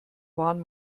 waren